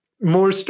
more